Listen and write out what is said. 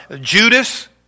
Judas